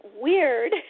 weird